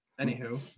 anywho